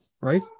Right